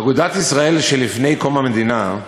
אגודת ישראל של לפני קום המדינה,